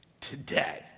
today